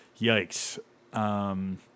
Yikes